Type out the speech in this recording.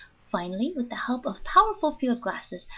finally, with the help of powerful field-glasses,